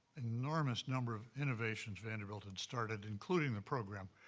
enormous number of innovations vanderbilt had started, including the program,